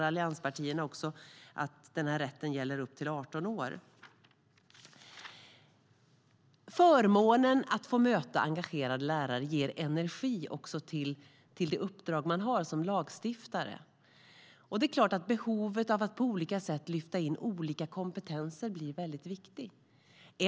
Allianspartierna förslår också att denna rätt ska gälla upp till 18 år. Förmånen att få möta engagerade lärare ger energi också till det uppdrag vi har som lagstiftare. Behovet av att på olika sätt lyfta in olika kompetenser blir då väldigt viktigt.